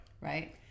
Right